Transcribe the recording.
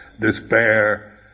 despair